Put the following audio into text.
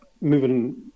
moving